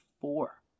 four